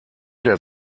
der